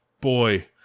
boy